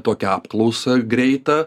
tokią apklausą greitą